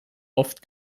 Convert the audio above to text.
oft